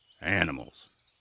Animals